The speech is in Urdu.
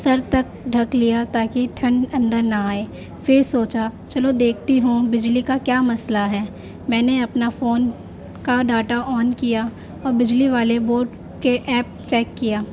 سر تک ڈھک لیا تاکہ ٹھنڈ اندر نہ آئے پھر سوچا چلو دیکھتی ہوں بجلی کا کیا مسئلہ ہے میں نے اپنا فون کا ڈاٹا آن کیا اور بجلی والے بورڈ کے ایپ چیک کیا